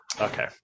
Okay